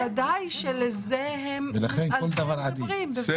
אז בוודאי שעל זה מדברים, בוודאי.